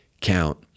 count